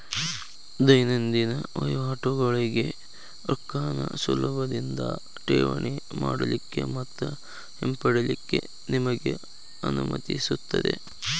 ದೈನಂದಿನ ವಹಿವಾಟಗೋಳಿಗೆ ರೊಕ್ಕಾನ ಸುಲಭದಿಂದಾ ಠೇವಣಿ ಮಾಡಲಿಕ್ಕೆ ಮತ್ತ ಹಿಂಪಡಿಲಿಕ್ಕೆ ನಿಮಗೆ ಅನುಮತಿಸುತ್ತದೆ